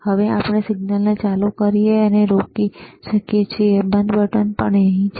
હવે આપણે સિગ્નલને ચાલુ કરીને પણ રોકી શકીએ છીએ અને બંધ બટન અહીં છે